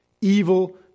Evil